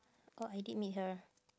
oh I did meet her